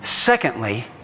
Secondly